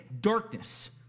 darkness